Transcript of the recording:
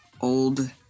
old